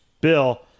Bill